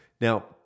Now